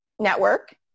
network